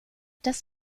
das